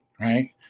right